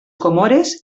comores